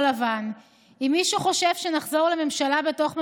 לבן: אם מישהו חושב שנחזור לממשלה בתוך ממשלה,